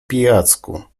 pijacku